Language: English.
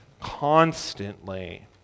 constantly